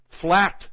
flat